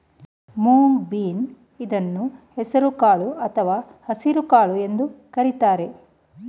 moong bean ಇದನ್ನು ಹೆಸರು ಕಾಳು ಅಥವಾ ಹಸಿರುಕಾಳು ಎಂದು ಕರಿತಾರೆ